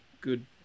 good